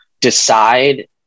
decide